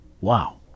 Wow